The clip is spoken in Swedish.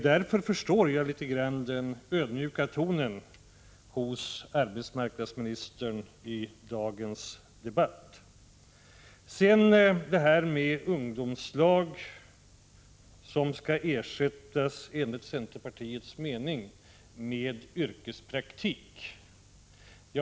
Därför har jag viss förståelse för arbetsmarknadsministerns ödmjuka ton i dagens debatt. Sedan vill jag säga någonting om ungdomslagen. Denna skall, menar vi i centerpartiet, ersättas med yrkespraktik.